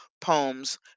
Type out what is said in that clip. poems